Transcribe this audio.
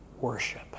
worship